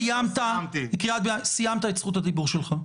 סיימת את זכות הדיבור שלך.